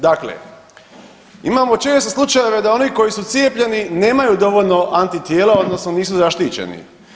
Dakle, imamo često slučajeve da oni koji su cijepljeni nemaju dovoljno antitijela odnosno nisu zaštićeni.